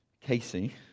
Casey